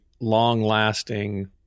long-lasting